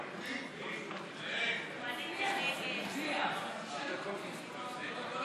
(353) של קבוצת סיעת ישראל ביתנו